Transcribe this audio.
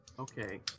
Okay